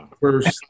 First